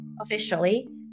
officially